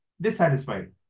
dissatisfied